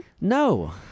No